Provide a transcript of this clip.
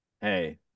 hey